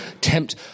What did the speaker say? tempt